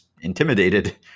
intimidated